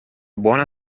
buona